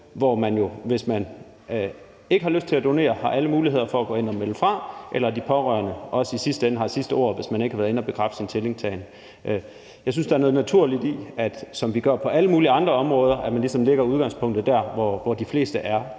hvis man ikke har lyst til at donere, har alle muligheder for at gå ind og melde fra, eller de pårørende også i sidste ende har det sidste ord, hvis man ikke har været inde og bekræfte sin stillingtagen. Jeg synes, at der er noget naturligt i, at vi, som vi gør på alle